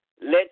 let